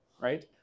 right